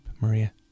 Maria